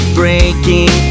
breaking